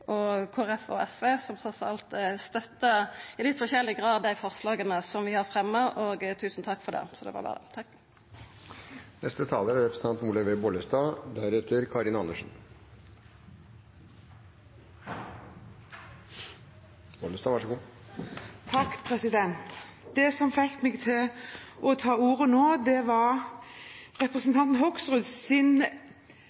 og SV som trass alt støttar – i litt forskjellig grad – dei forslaga som vi har fremma. Så tusen takk for det. Det som fikk meg til å ta ordet nå, var representanten Hoksruds måte å si på at Senterpartiet faktisk slår inn åpne dører i en sak som